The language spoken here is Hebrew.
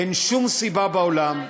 אין שום סיבה בעולם,